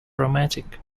romantic